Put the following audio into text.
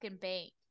bank